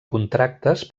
contractes